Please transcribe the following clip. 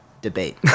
debate